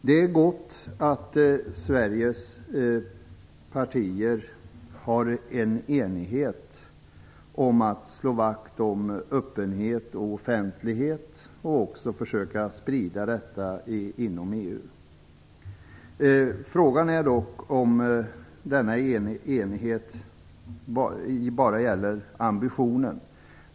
Det är gott att Sveriges partier är eniga om att slå vakt om öppenhet och offentlighet och också försöka sprida detta inom EU. Frågan är dock om denna enighet bara gäller ambitioner.